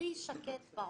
הכי שקט בעולם.